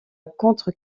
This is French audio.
contre